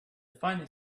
funny